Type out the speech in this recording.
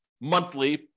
monthly